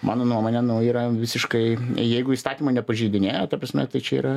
mano nuomone nu yra visiškai jeigu įstatymų nepažeidinėja ta prasme tai čia yra